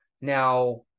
Now